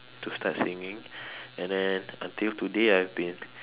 to start singing and then until today I've been